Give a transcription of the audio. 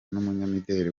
n’umunyamideli